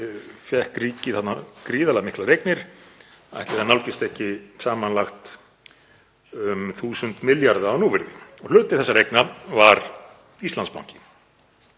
fékk ríkið gríðarlega miklar eignir. Ætli það nálgist ekki samanlagt um 1.000 milljarða á núvirði. Hluti þessara eigna var Íslandsbanki.